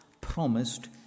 promised